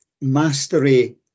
mastery